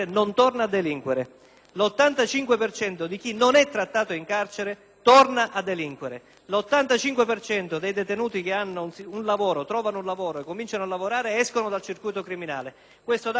cento di chi non è trattato in carcere torna a delinquere; l'85 per cento dei detenuti che trovano un lavoro e cominciano a lavorare esce dal circuito criminale. Questi dati mi sembrano importanti.